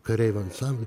kareivių ansamb